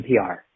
NPR